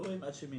לא הם אשמים.